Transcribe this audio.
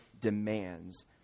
demands